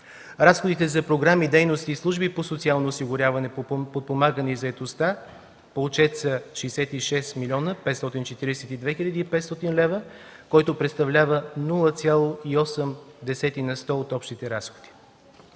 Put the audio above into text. Разходи за програми, дейности и служби по социално осигуряване, подпомагане на заетостта по отчет са 66 млн. 542 хил. 500 лв., което представлява 0,8 на сто от общите разходи.